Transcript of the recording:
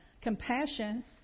compassion